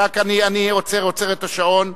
אני עוצר את השעון.